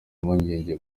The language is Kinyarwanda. impungenge